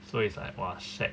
so it's like !wah! shag